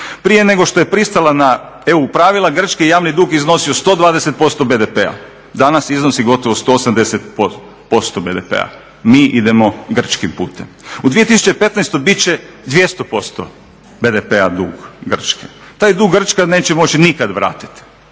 Prije nego što je pristala na EU pravila, Grčkoj je javni dug iznosio 120% BDP-a, danas iznosi gotovo 180% BDP-a. Mi idemo grčkim putem. U 2015. bit će 200% BDP-a dug Grčke. Taj dug Grčka neće moći nikada vratiti